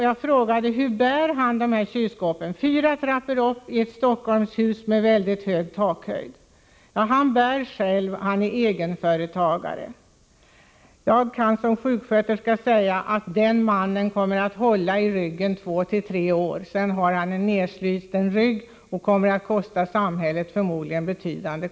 Jag frågade hur vederbörande bär kylskåpet fyra trappor upp i ett Stockholmshus med mycket stor takhöjd. Han bär själv, han är egenföretagare, lydde svaret. Jag kan som sjuksköterska säga att den mannens rygg kommer att hålla 2-3 år. Sedan har han en nedsliten rygg och kommer att kosta samhället summor som förmodligen blir betydande.